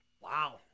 Wow